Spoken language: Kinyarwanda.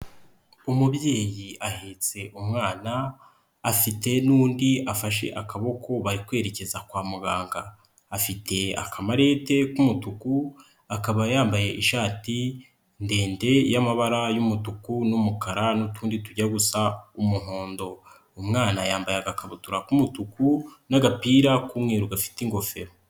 Umubyeyi ahetse umwana afite n'undi afashe akaboko bari kwerekeza kwa muganga, afite akamarete k'umutuku akaba yambaye ishati ndende y'amabara y'umutuku n'umukara n'utundi tujya gusa umuhondo, umwana yambaye agakabutura k'umutuku n'agapira k'umweru gafite ingofero.